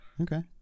Okay